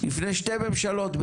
לפני שתי ממשלות,